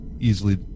Easily